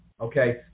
Okay